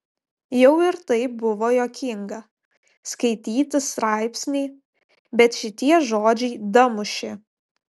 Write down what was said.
jau ir taip buvo juokinga skaityti straipsnį bet šitie žodžiai damušė